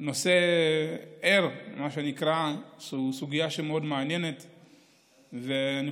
נושא ער, מה שנקרא, סוגיה שהיא מאוד מעניינת.